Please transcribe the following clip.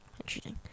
Interesting